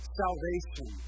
salvation